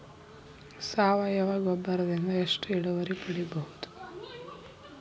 ಸಾವಯವ ಗೊಬ್ಬರದಿಂದ ಎಷ್ಟ ಇಳುವರಿ ಪಡಿಬಹುದ?